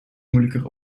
moeilijker